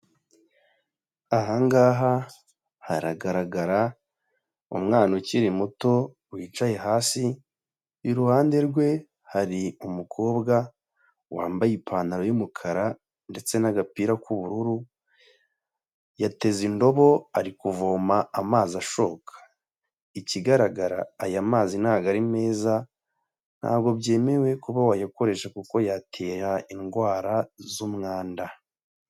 Aha ngaha haragaragara umwana ukiri muto wicaye hasi, iruhande rwe hari umukobwa wambaye ipantaro y'umukara ndetse n'agapira k'ubururu, yateze indobo ari kuvoma amazi ashoka, ikigaragara aya mazi ntago ari meza, ntabwo byemewe kuba wayakoreshaje, kuko yatera indwara z'umwanda.